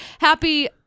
happy